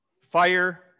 Fire